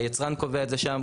היצרן קובע את זה שם.